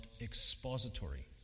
expository